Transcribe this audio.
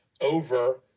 over